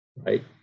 Right